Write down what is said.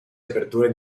aperture